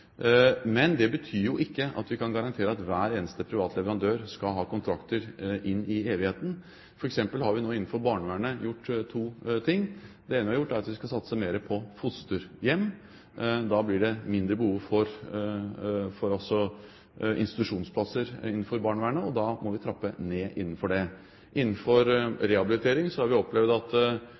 Men det betyr ikke at vi kan garantere at hver eneste private leverandør skal ha kontrakter inn i evigheten. For eksempel har vi nå innenfor barnevernet gjort to ting: Det ene er at vi skal satse mer på fosterhjem. Da blir det mindre behov for institusjonsplasser innenfor barnevernet, og da må vi trappe ned innenfor det. Innenfor rehabilitering har vi opplevd at